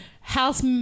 House